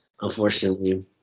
unfortunately